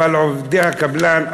אבל עובדי הקבלן,